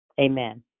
Amen